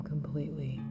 completely